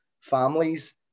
families